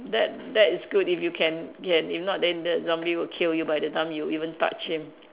that that is good if you can can then if not then the zombie would kill you by the time you even touch him